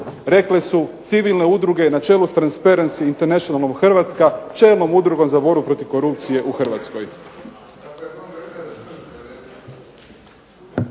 Rekle su civilne udruge na čelu sa Transparency international Hrvatska čelnom udrugom za borbu protiv korupcije u Hrvatskoj.